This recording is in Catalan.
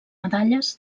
medalles